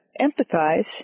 empathize